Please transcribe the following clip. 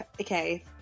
Okay